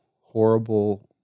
horrible